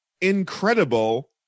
Incredible